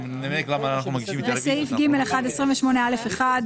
בסעיף ג'1 בסעיף 28א(1),